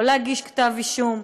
לא להגיש כתב אישום,